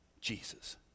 jesus